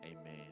amen